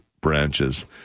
branches